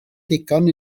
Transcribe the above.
ddigon